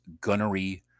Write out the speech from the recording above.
Gunnery